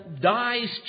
dies